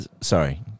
Sorry